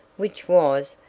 which was,